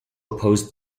oppose